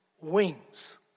wings